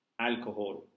alcohol